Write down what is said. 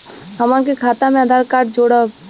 हमन के खाता मे आधार कार्ड जोड़ब?